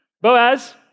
Boaz